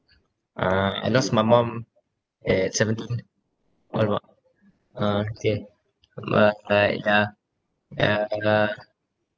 uh I lost my mum at seventeen alamak uh K uh uh ya ya uh